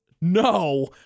no